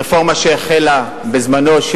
רפורמה שהחלה בזמנו,